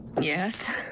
Yes